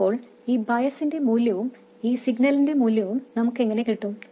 അപ്പോൾ ഈ ബയസിന്റെ മൂല്യവും ഈ സിഗ്നലിന്റെ മൂല്യവും നമുക്ക് എങ്ങനെ കിട്ടും